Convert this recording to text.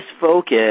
focus